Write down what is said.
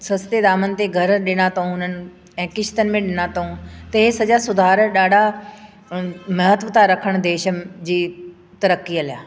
सस्ते दामनि ते घर ॾिना अथऊं उन्हनि ऐं किश्तनि में ॾिना अथऊं त इहे सॼा सुधार ॾाढा महत्व था रखनि देश में जी तरक़ीअ लाइ